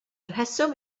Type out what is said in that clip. rheswm